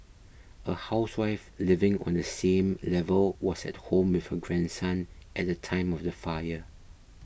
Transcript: a housewife living on the same level was at home with her grandson at the time of the fire